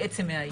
בעצם מהיום.